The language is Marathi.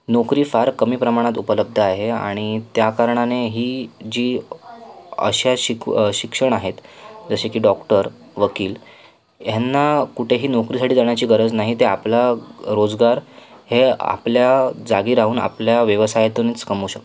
नोकरी फार कमी प्रमाणात उपलब्द आहे आणि त्याकारणाने ही जी अशा शिकव शिक्षण आहेत जसे की डॉक्टर वकील ह्यांना कुठेही नोकरीसाठी जाण्याची गरज नाही ते आपला रोजगार हे आपल्या जागी राहून आपल्या व्यवसायातूनच कमवू शकतात